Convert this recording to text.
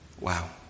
Wow